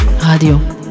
Radio